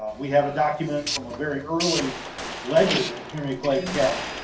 we have a document from a very early ledger that henry clay kept